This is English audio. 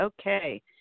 Okay